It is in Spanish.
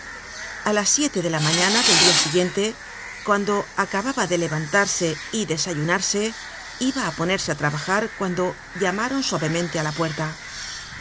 a las siete de la mañana del dia siguiente cuando acababa de levantarse y desayunarse iba á ponerse á trabajar cuando llamaron suavemente á la puerta